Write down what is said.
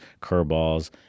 curveballs